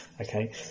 okay